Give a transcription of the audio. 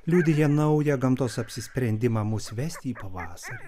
liudija naują gamtos apsisprendimą mus vesti į pavasarį